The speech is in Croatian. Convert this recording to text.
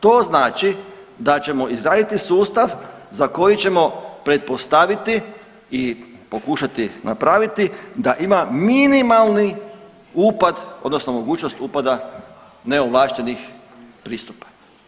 To znači da ćemo izraditi sustava za koji ćemo pretpostaviti i pokušati napraviti da ima minimalni upad odnosno mogućnost upada neovlaštenih pristupa.